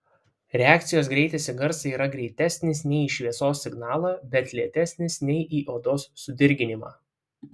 reakcijos greitis į garsą yra greitesnis nei į šviesos signalą bet lėtesnis nei į odos sudirginimą